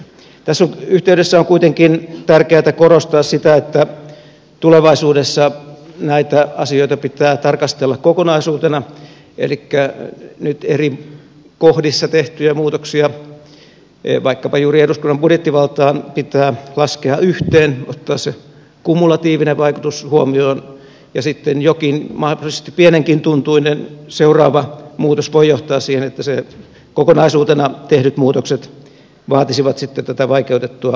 tässä yhteydessä on kuitenkin tärkeätä korostaa sitä että tulevaisuudessa näitä asioita pitää tarkastella kokonaisuutena elikkä nyt eri kohdissa tehtyjä muutoksia vaikkapa juuri eduskunnan budjettivaltaa pitää laskea yhteen ottaa se kumulatiivinen vaikutus huomioon ja sitten jokin mahdollisesti pienenkin tuntuinen seuraava muutos voi johtaa siihen että kokonaisuutena tehdyt muutokset vaatisivat sitten tätä vaikeutettua säätämisjärjestystä